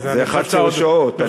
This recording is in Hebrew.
זה 11 שעות.